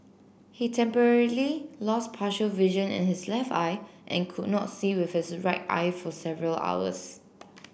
he temporarily lost partial vision in his left eye and could not see with his right eye for several hours